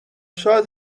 شاید